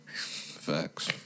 Facts